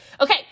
Okay